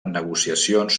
negociacions